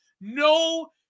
no